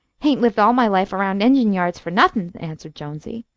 hain't lived all my life around engine yards fer nothin', answered jonesy.